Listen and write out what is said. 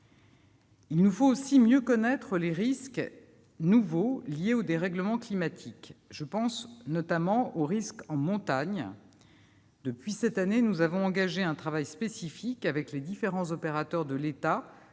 Il nous faut aussi mieux connaître les risques nouveaux liés au dérèglement climatique. Je pense notamment aux risques en montagne : depuis cette année, nous avons engagé un travail spécifique avec les différents opérateurs de l'État